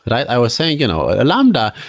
but i was saying you know ah lambda,